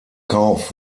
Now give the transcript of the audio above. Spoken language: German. kauf